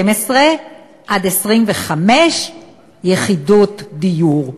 12 25 יחידות דיור.